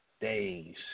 days